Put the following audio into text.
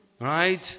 Right